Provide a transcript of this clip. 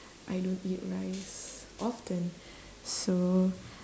I don't eat rice often so